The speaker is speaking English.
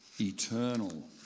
eternal